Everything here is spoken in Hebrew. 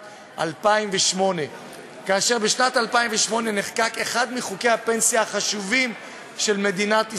2008. בשנת 2008 נחקק אחד מחוקי הפנסיה החשובים של מדינת ישראל,